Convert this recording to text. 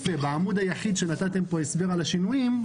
בעמוד היחיד שנתתם פה הסבר על השינויים,